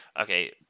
okay